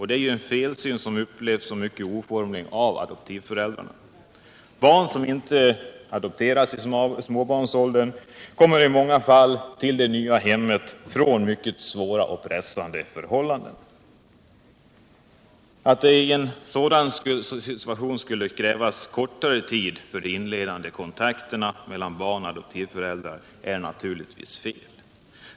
Detta är en felsyn och upplevs som mycket oformligt av adoptivföräldrar. Barn som inte adopterats i småbarnsåldern kommer i många fall till det nya hemmet från mycket svåra och pressande förhållanden. Att det i en sådan situation skulle krävas kortare tid för de inledande kontakterna mellan barn och adoptivföräldrar är naturligtvis fel.